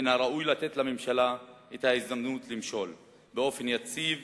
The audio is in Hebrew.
מן הראוי לתת לממשלה את ההזדמנות למשול באופן יציב